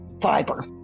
fiber